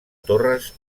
torres